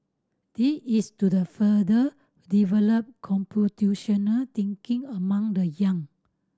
this is to the further develop computational thinking among the young